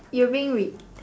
you are being read